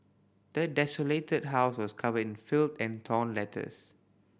the desolated house was covered in filth and torn letters